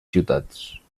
ciutats